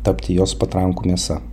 tapti jos patrankų mėsa